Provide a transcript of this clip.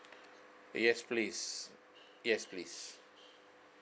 yes please yes please